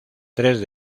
tres